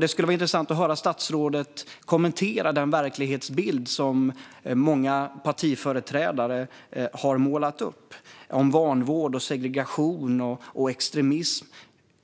Det skulle vara intressant att höra statsrådet kommentera den verklighetsbild som många partiföreträdare har målat upp om vanvård, segregation och extremism.